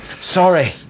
sorry